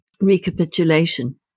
recapitulation